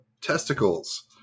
testicles